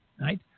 right